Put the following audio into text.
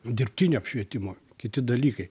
dirbtinio apšvietimo kiti dalykai